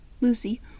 lucy